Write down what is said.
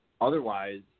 Otherwise